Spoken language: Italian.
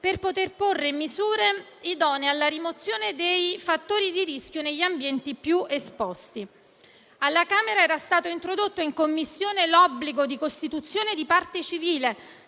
per poter porre in essere misure idonee alla rimozione dei fattori di rischio negli ambienti più esposti. Alla Camera era stato introdotto in Commissione l'obbligo di costituzione di parte civile